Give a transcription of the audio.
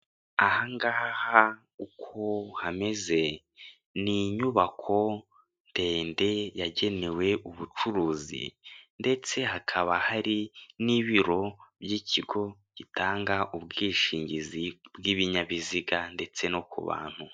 Aha ngaha uko hameze, ni inyubako ndende, yagenewe ubucuruzi, ndetse hakaba hari n'ibiro by'ikigo gitanga ubwishingizi bw'ikigo gitanga ubwishingizi bw'ibinyabiziga ndetse no kubantu.